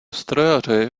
strojaři